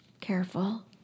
Careful